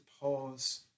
pause